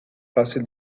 fácil